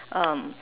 um